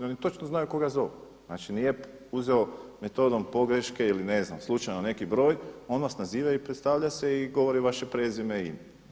Oni točno znaju koga zovu, znači nije uzeo metodom pogreške ili ne znam slučajno neki broj, on nas naziva i predstavlja i govori vaše prezime i ime.